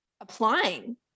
applying